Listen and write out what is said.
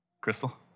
Crystal